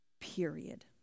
period